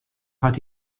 hat